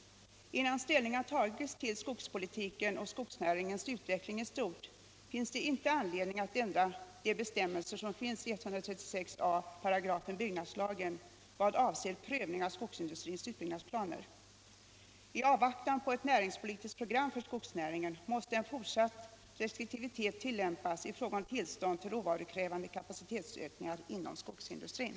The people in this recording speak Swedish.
Innan ställning har tagits till skogspolitiken och skogsnäringens utveckling i stort finns det inte anledning att ändra bestämmelserna i 136 a § byggnadslagen i vad avser prövning av skogsindustrins utbyggnadsplaner. I avvaktan på ett näringspolitiskt program för skogsnäringen måste en fortsatt restriktivitet tillämpas i fråga om tillstånd till råvarukrävande kapacitetsökningar inom skogsindustrin.